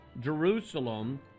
Jerusalem